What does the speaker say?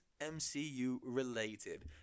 MCU-related